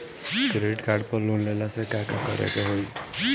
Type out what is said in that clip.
Credit card पर loan लेला से का का करे क होइ?